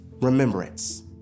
remembrance